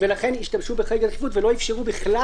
ולכן השתמשו בחריג הדחיפות ולא אפשרו בכלל